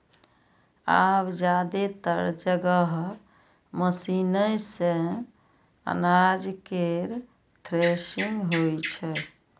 आब जादेतर जगह मशीने सं अनाज केर थ्रेसिंग होइ छै